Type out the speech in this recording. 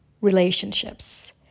relationships